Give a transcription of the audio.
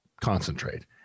concentrate